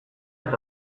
eta